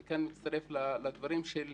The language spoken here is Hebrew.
וכאן אני מצטרף לדברים של